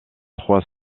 trois